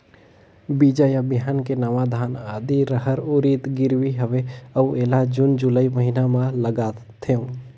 बीजा या बिहान के नवा धान, आदी, रहर, उरीद गिरवी हवे अउ एला जून जुलाई महीना म लगाथेव?